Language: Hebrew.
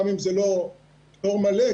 גם אם זה לא פטור מלא,